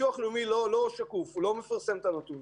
אופיינו בשעתו ואני מניח שזה שיעור דומה